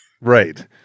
Right